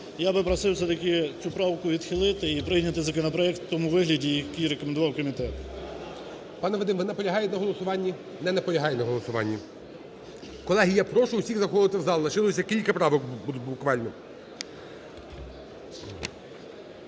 я би просив все-таки цю правку відхилити і прийняти законопроект в тому вигляді, який рекомендував комітет. ГОЛОВУЮЧИЙ. Пане Вадим, ви наполягаєте на голосуванні? Не наполягає на голосуванні. Колеги, я прошу всіх заходити в зал. Лишилось кілька правок буквально.